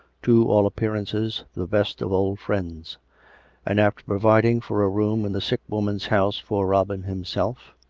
to all appearances, the best of old friends and after providing for a room in the sick woman's house for robin himself,